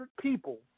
people